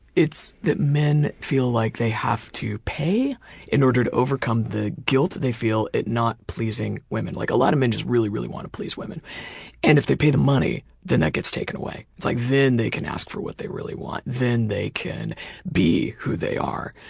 that men feel like they have to pay in order to overcome the guilt they feel at not pleasing women. like a lot of men just really really want to please women and if they pay the money then that gets taken away. like then they can ask for what they really want. then they can be who they are.